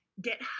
get